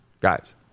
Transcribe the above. guys